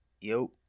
Yo